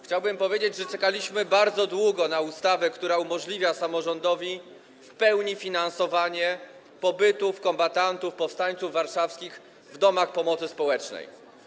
Chciałbym powiedzieć, że czekaliśmy bardzo długo na ustawę, która umożliwia samorządowi w pełni finansowanie pobytów kombatantów, powstańców warszawskich w domach pomocy społecznej.